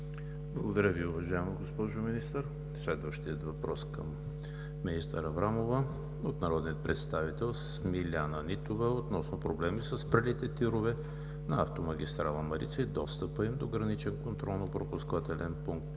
Благодаря Ви, уважаема госпожо Министър. Следващият въпрос към министър Аврамова е от народния представител Смиляна Нитова относно проблеми със спрелите тирове на автомагистрала „Марица“ и достъпа им до Граничен контролно-пропускателен пункт